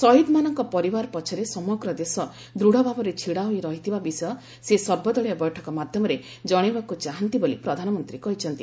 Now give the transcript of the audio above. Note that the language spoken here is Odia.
ସହିଦମାନଙ୍କ ପରିବାର ପଛରେ ସମଗ୍ର ଦେଶ ଦୃଢ଼ଭାବରେ ଛିଡାହୋଇ ରହିଥିବା ବିଷୟ ସେ ସର୍ବଦଳୀୟ ବୈଠକ ମାଧ୍ୟମରେ ଜଣାଇବାକୁ ଚାହାନ୍ତି ବୋଲି ପ୍ରଧାନମନ୍ତ୍ରୀ କହିଛନ୍ତି